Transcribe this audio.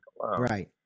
right